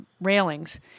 railings